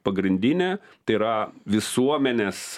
pagrindinė tai yra visuomenės